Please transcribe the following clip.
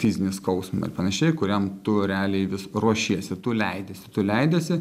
fizinį skausmą ir panašiai kuriam tu realiai vis ruošiesi tu leidiesi tu leidiesi